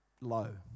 low